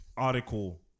Article